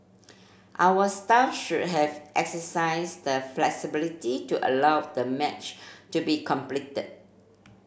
our staff should have exercised the flexibility to allow the match to be completed